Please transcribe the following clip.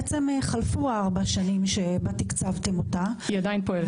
חלפו 4 שנים שבה תקצבתם אותה --- היא עדיין פועלת.